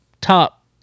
top